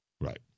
Right